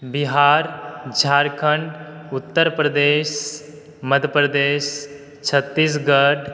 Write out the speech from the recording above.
Bihar Jharkhand Uttar Pradesh Madhya Pradesh Chhattisgarh